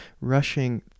rushing